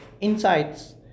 insights